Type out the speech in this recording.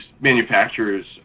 manufacturers